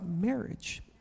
marriage